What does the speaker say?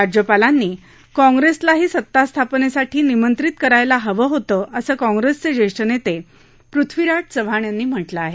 राज्यपालांनी काँग्रेसलाही सत्तास्थापनेसाठी निमंत्रित करायला हवं होतं असं काँग्रेसचे ज्येष्ठ नेते पृथ्वीराज चव्हाण यांनी म्हटलं आहे